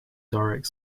direct